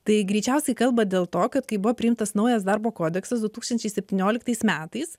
tai greičiausiai kalba dėl to kad kai buvo priimtas naujas darbo kodeksas du tūkstančiai septynioliktais metais